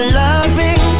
loving